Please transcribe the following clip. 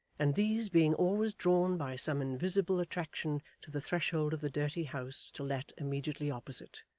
and these, being always drawn by some invisible attraction to the threshold of the dirty house to let immediately opposite,